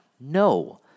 No